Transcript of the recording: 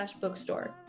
bookstore